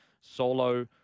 Solo